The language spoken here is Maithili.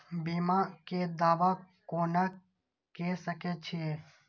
बीमा के दावा कोना के सके छिऐ?